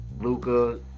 Luca